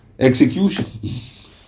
Execution